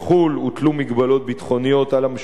הוטלו מגבלות ביטחוניות על המשוחררים,